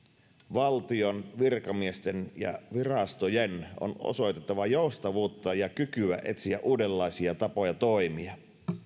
valtion virkamiesten ja virastojen on osoitettava joustavuutta ja kykyä etsiä uudenlaisia tapoja toimia